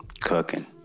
Cooking